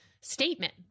statement